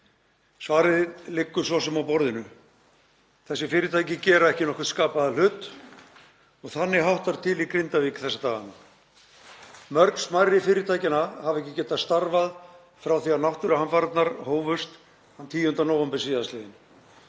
Svarið liggur svo sem á borðinu; þessi fyrirtæki gera ekki nokkurn skapaðan hlut og þannig háttar til í Grindavík þessa dagana. Mörg smærri fyrirtækjanna hafa ekki getað starfað frá því að náttúruhamfarirnar hófust þann 10. nóvember síðastliðinn.